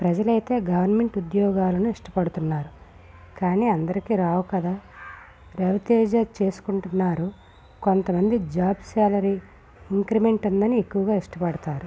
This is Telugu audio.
ప్రజలు అయితే గవర్నమెంట్ ఉద్యోగాలను ఇష్టపడుతున్నారు కానీ అందరికి రావు కదా రావితేజర్ చేసుకుంటున్నారు కొంతమంది జాబ్ సాలరీ ఇంక్రిమెంట్ ఉందని ఎక్కువగా ఇష్టపడతారు